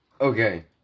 Okay